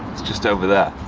it's just over there,